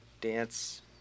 dance